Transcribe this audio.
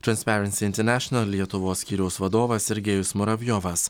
transparency international lietuvos skyriaus vadovas sergėjus muravjovas